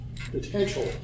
potential